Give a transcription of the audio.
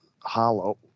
Hollow